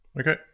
Okay